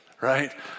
right